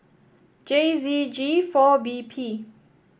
J Z G four B P